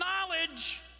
knowledge